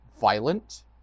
violent